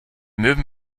möwen